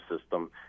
system